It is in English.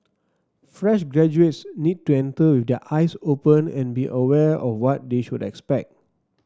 fresh graduates need to enter with their eyes open and be aware of what they should expect